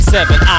Seven